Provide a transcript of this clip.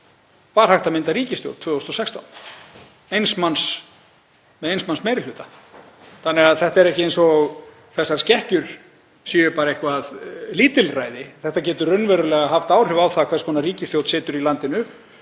var hægt að mynda ríkisstjórn 2016, með eins manns meiri hluta. Þannig að það er ekki eins og þessar skekkjur séu bara eitthvert lítilræði. Þetta getur raunverulega haft áhrif á það hvers konar ríkisstjórn situr í landinu.